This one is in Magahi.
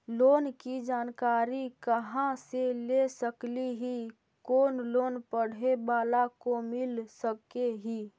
लोन की जानकारी कहा से ले सकली ही, कोन लोन पढ़े बाला को मिल सके ही?